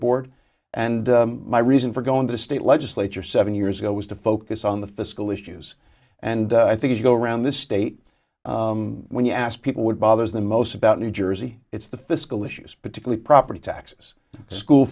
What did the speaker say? board and my reason for going to the state legislature seven years ago was to focus on the fiscal issues and i think if you go around this state when you ask people would bother the most about new jersey it's the fiscal issues particularly property taxes school